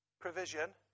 provision